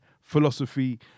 philosophy